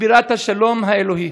היא בירת השלום האלוהי.